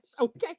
okay